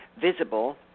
visible